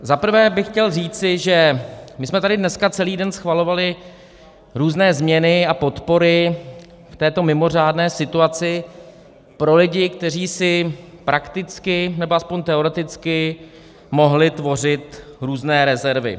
Zaprvé bych chtěl říci, že my jsme tady dneska celý den schvalovali různé změny a podpory v této mimořádné situaci pro lidi, kteří prakticky, nebo aspoň teoreticky mohli tvořit různé rezervy.